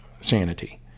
sanity